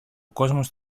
κόσμος